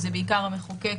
וזה בעיקר המחוקק,